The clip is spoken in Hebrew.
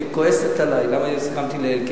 היא כועסת עלי למה הסכמתי לאלקין.